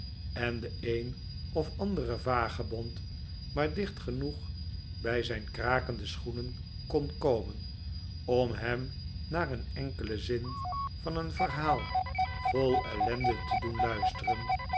en de een of andere vagebond maar dicht genoeg bij zijn krakende schoenen kon komen om hem naar een enkelen zin van een verhaal vol ellende te doen luisteren